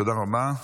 תודה רבה.